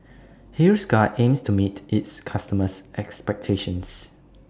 Hiruscar aims to meet its customers' expectations